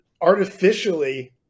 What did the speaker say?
artificially